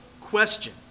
question